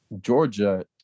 georgia